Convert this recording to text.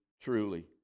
truly